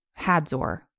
Hadzor